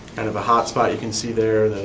and of a hotspot you can see there.